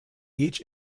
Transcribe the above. each